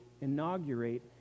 inaugurate